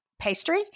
pastry